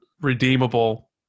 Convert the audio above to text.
Redeemable